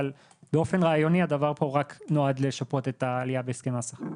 אבל באופן רעיוני הדבר פה רק נועד לשפות את העלייה בהסכמי השכר.